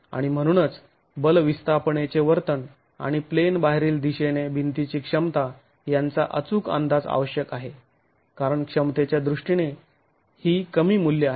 आणि म्हणूनच बल विस्थापनेचे वर्तन आणि प्लेन बाहेरील दिशेने भिंतीची क्षमता यांचा अचूक अंदाज आवश्यक आहे कारण क्षमतेच्या दृष्टीने ही कमी मूल्य आहेत